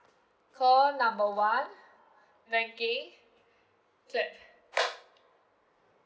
call number one banking clap